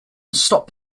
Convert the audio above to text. stop